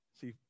See